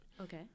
Okay